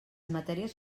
matèries